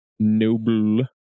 noble